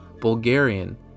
Bulgarian